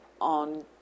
on